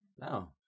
No